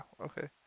okay